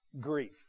grief